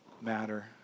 matter